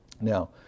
Now